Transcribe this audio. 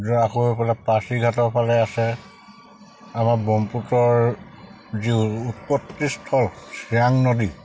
য' আকৌ এইফালে পাছিঘাটৰ ফালে আছে আমাৰ ব্ৰহ্মপুত্ৰৰ যি উৎপত্তিস্থল ছিয়াং নদী